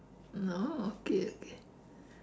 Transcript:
no okay okay